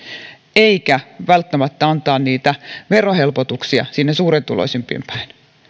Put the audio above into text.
eikä välttämättä antaa niitä verohelpotuksia sinne suurituloisimpiin päin